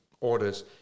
orders